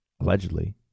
allegedly